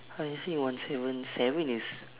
I think one seven seven is